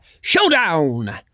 Showdown